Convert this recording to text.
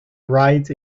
right